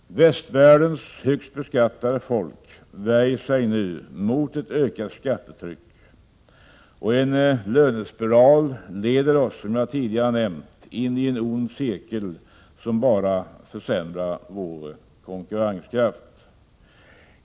Västvärldens högst beskattade folk värjer sig nu mot ett ökat skattetryck, och en lönespiral leder oss som jag tidigare nämnt in i en ond cirkel som bara försämrar vår konkurrenskraft.